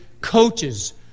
coaches